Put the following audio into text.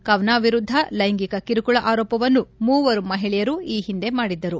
ಕವನಾವ್ ವಿರುದ್ದ ಲೈಂಗಿಕ ಕಿರುಕುಳ ಆರೋಪವನ್ನು ಮೂವರು ಮಹಿಳೆಯರು ಈ ಹಿಂದೆ ಮಾಡಿದ್ದರು